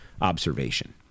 observation